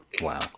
Wow